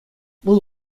вӑл